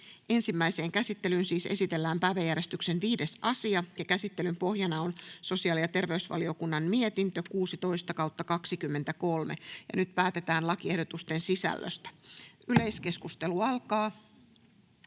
Ensimmäiseen käsittelyyn esitellään päiväjärjestyksen 5. asia. Käsittelyn pohjana on sosiaali- ja terveysvaliokunnan mietintö StVM 16/2023 vp. Nyt päätetään lakiehdotusten sisällöstä. Yleiskeskustelu alkaa.